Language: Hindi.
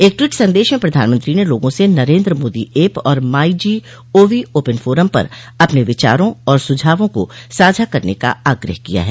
एक टवीट संदेश में प्रधानमंत्री ने लोगों से नरेन्द्र मोदी ऐप और my G O V open forum पर अपने विचारों और सुझावों को साझा करने का आग्रह किया है